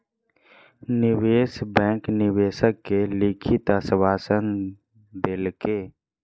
निवेश बैंक निवेशक के लिखित आश्वासन देलकै